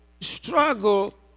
struggle